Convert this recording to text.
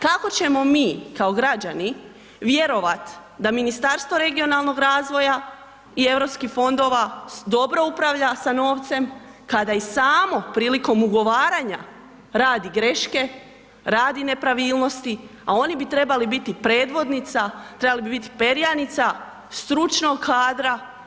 Kako ćemo mi kao građani vjerovati da Ministarstvo regionalnog razvoja i europskih fondova dobro upravlja sa novcem, kada i samo prilikom ugovaranja radi greške, radi nepravilnosti a oni bi trebali biti predvodnica, trebali bi biti perjanica stručnog kadra.